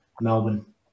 Melbourne